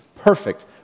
perfect